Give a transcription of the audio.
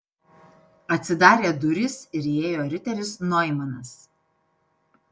atsidarė durys ir įėjo riteris noimanas